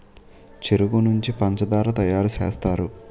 చెరుకు నుంచే పంచదార తయారు సేస్తారు